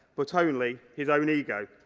but only his own ego.